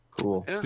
Cool